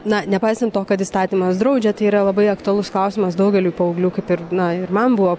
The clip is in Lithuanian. na nepaisant to kad įstatymas draudžia tai yra labai aktualus klausimas daugeliui paauglių kaip ir na ir man buvo